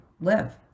live